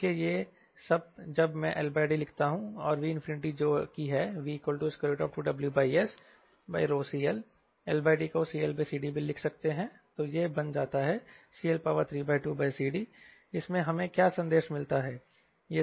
इसलिए यह सब जब मैं LD लिखता हूं और V जो कि है V2WSCL LD को CLCD भी लिख सकते हैं तो यह बन जाता है CL32CDइसमें हमें क्या संदेश मिलता है